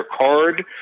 card